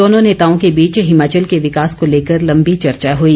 दोनों नेताओं के बीच हिमाचल के विकास को लेकर लंबी चर्चा हुई